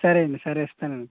సరే అండి సరే ఇస్తాను